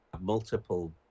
multiple